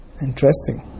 Interesting